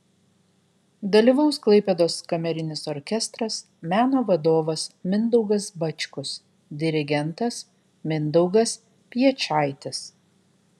dalyvaus klaipėdos kamerinis orkestras meno vadovas mindaugas bačkus dirigentas mindaugas piečaitis